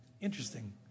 interesting